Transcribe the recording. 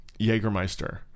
Jägermeister